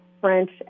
French